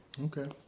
Okay